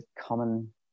common